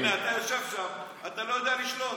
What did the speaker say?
הינה, אתה יושב שם, אתה לא יודע לשלוט.